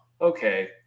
okay